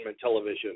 television